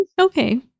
Okay